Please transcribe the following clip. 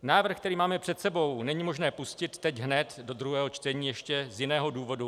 Návrh, který máme před sebou, není možné pustit teď hned do druhého čtení ještě z jiného důvodu.